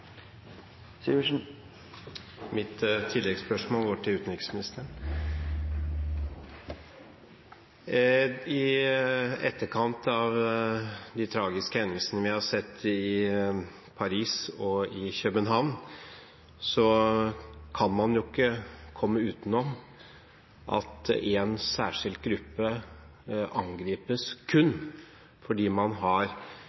oppfølgingsspørsmål. Mitt tilleggsspørsmål går til utenriksministeren. I etterkant av de tragiske hendelsene vi har sett i Paris og i København, kan man ikke komme utenom at en særskilt gruppe angripes kun fordi man har